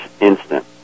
instant